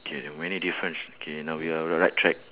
K the many difference K now we are on the right track